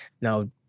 Now